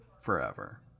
forever